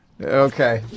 Okay